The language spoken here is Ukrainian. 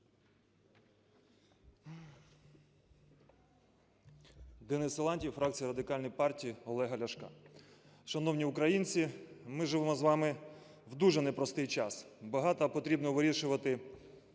Денис Силантьєв, фракція Радикальної партії Олега Ляшка. Шановні українці, ми живемо з вами в дуже непростий час, багато потрібно вирішувати